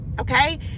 okay